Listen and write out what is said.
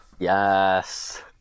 Yes